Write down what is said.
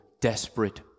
desperate